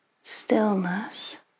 stillness